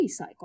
recycle